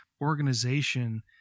organization